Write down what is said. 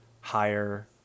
higher